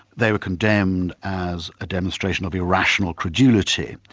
they were condemned as a demonstration of irrational credulity,